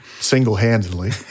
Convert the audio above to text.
single-handedly